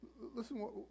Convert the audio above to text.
listen